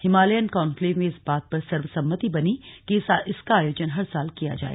Himalayan conclave में इस बात पर सर्वसम्मति बनी कि इसका आयोजन हर साल किया जाए